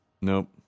Nope